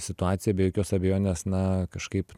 situacija be jokios abejonės na kažkaip